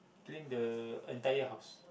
clean the entire house